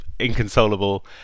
inconsolable